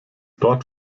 dort